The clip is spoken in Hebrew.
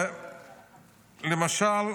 למשל,